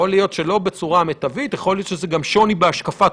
האם אני יכול לקבוע מראש שאם פרמטרים מסוימים לא משתנים אני לא מקיים